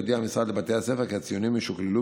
הודיע המשרד לבתי הספר כי הציונים ישוקללו